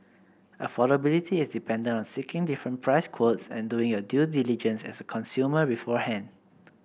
affordability is dependent on seeking different price quotes and doing your due diligence as a consumer beforehand